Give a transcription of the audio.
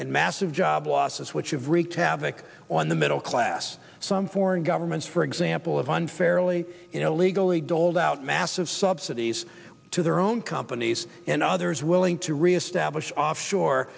and massive job losses which have wreaked havoc on the middle class some foreign governments for example of unfairly illegally doled out massive subsidies to their own companies and others willing to reestablish offshore